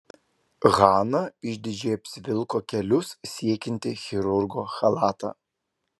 hana išdidžiai apsivilko kelius siekiantį chirurgo chalatą